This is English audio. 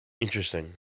Interesting